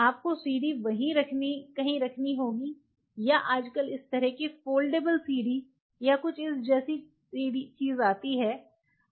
आपको सीढ़ी वहीँ कहीं रखनी होगी या आजकल इस तरह के फोल्डेबल सीढ़ी या कुछ इस जैसी चीज़ आती है